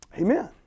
Amen